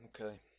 Okay